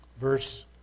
verse